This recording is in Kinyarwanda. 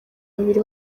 babiri